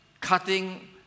cutting